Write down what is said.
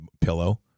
pillow